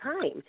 time